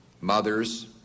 mothers